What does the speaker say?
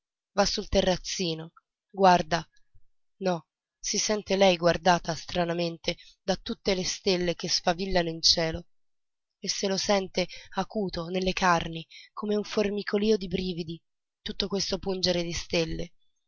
va sul terrazzino guarda no si sente lei guardata stranamente da tutte le stelle che sfavillano in cielo e se lo sente acuto nelle carni come un formicolio di brividi tutto questo pungere di stelle